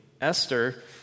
Esther